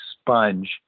sponge